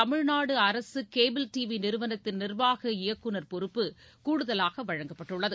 தமிழ்நாடுஅரசுகேபிள் டிவிநிறுவனத்தின் நிர்வாக இயக்குநர் பொறுப்பு கூடுதலாகவழங்கப்பட்டுள்ளது